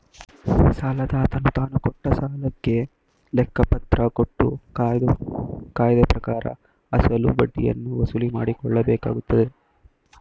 ಸಾಲದಾತನು ತಾನುಕೊಟ್ಟ ಸಾಲಕ್ಕೆ ಲೆಕ್ಕಪತ್ರ ಕೊಟ್ಟು ಕಾಯ್ದೆಪ್ರಕಾರ ಅಸಲು ಬಡ್ಡಿಯನ್ನು ವಸೂಲಿಮಾಡಕೊಳ್ಳಬೇಕಾಗತ್ತದೆ